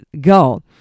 go